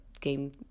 game